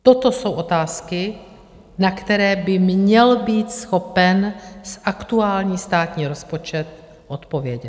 Toto jsou otázky, na které by měl být schopen aktuální státní rozpočet odpovědět.